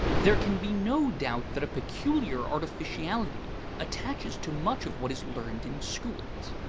there can be no doubt that a peculiar artificiality attaches to much of what is learned in schools.